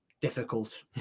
difficult